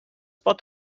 pot